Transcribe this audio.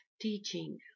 teaching